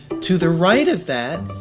to the right of that,